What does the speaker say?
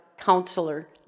counselor